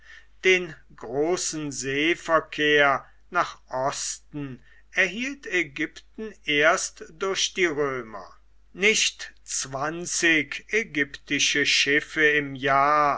den großen seeverkehr nach osten erhielt ägypten erst durch die römer nicht zwanzig ägyptische schiffe im jahr